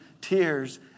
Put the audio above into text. tears